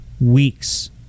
weeks